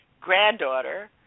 granddaughter